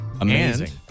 amazing